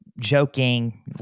joking